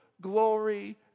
glory